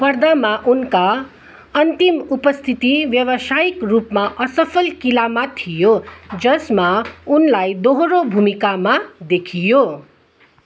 पर्दामा उनका अन्तिम उपस्थिति व्यावसायिक रूपमा असफल किलामा थियो जसमा उनलाई दोहोरो भूमिकामा देखियो